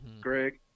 Greg